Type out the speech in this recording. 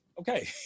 okay